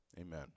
amen